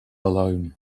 alone